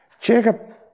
Jacob